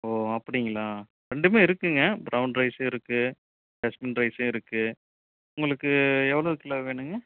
ஓ அப்படிங்களா ரெண்டுமே இருக்குதுங்க பிரௌன் ரைஸ்ஸும் இருக்குது ஜாஸ்மின் ரைஸ்ஸும் இருக்குது உங்களுக்கு எவ்வளோவு கிலோ வேணுங்க